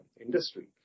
industry